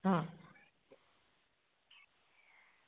હા